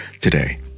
today